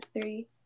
three